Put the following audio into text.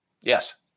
Yes